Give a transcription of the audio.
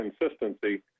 consistency